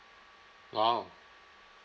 !wow!